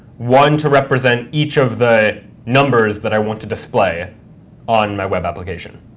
one to represent each of the numbers that i want to display on my web application.